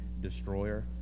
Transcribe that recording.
destroyer